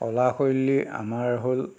কলা শৈলী আমাৰ হ'ল